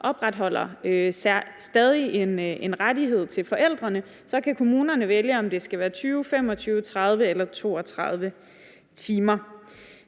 opretholder stadig en rettighed til forældrene. Så kan kommunerne vælge, om det skal være 20, 25, 30 eller 32 timer.